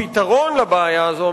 הפתרון לבעיה הזאת,